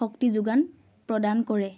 শক্তি যোগান প্ৰদান কৰে